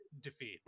defeat